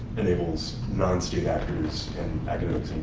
enables non-state actors, and academics,